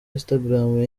instagram